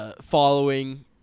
following